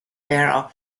barrel